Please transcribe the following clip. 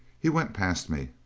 he went past me,